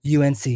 UNC